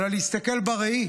אלא להסתכל בראי,